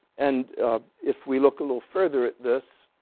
and if we look a little further at this,